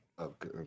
Okay